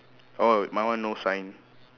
oh my one no sign